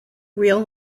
real